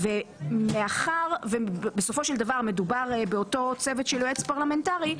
מאחר שבסופו של דבר מדובר באותו צוות של יועץ פרלמנטרי,